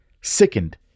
sickened